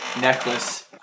necklace